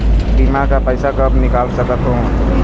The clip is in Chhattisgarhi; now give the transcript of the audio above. बीमा का पैसा कब निकाल सकत हो?